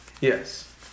Yes